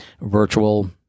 virtual